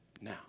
now